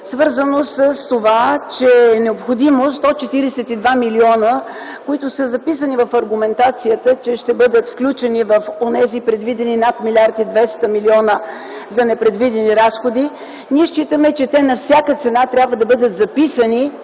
свързано с това, че е необходимо 142 милиона, които са записани в аргументацията, да бъдат включени в онези предвидени над 1 млрд. 200 млн. лв. за непредвидени разходи. Смятаме, че на всяка цена те трябва да бъдат записани